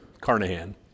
Carnahan